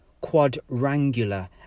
quadrangular